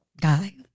guy